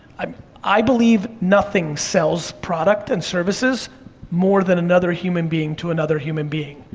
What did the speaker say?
um i believe nothing sells product and services more than another human being to another human being.